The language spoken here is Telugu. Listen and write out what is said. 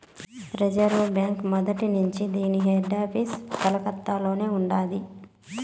రిజర్వు బాంకీ మొదట్నుంచీ దీన్ని హెడాపీసు కలకత్తలోనే ఉండాది